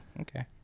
Okay